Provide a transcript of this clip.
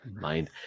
mind